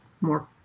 more